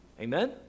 Amen